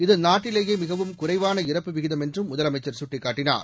இது நாட்டிலேயே மிகவும் குறைவான இறப்பு விகிதம் என்றும் முதலமைச்சர் சுட்டிக்காட்டினார்